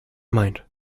mind